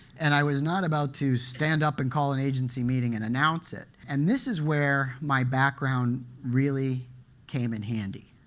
and i was not about to stand up and call an agency meeting and announce it. and this is where my background really came in handy.